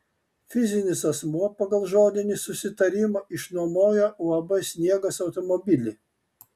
fizinis asmuo pagal žodinį susitarimą išnuomojo uab sniegas automobilį